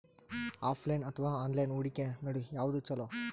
Offline ಅಥವಾ online ಹೂಡಿಕೆ ನಡು ಯವಾದ ಛೊಲೊ?